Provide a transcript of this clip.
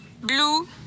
blue